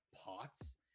pots